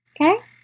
Okay